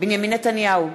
בנימין נתניהו,